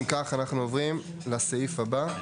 אם כך, אנחנו עוברים לסעיף הבא.